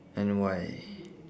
and why